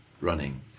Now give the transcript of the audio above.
running